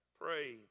pray